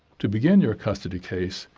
to begin your custody case,